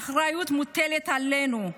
האחריות מוטלת עלינו.